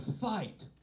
fight